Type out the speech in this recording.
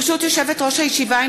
ברשות יושבת-ראש הישיבה,